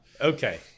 Okay